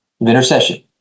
intercession